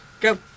Go